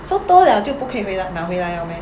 so tow liao 就不可以回来拿回来 liao meh